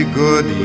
good